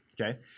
Okay